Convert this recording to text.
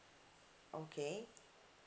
okay